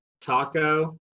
Taco